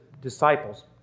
disciples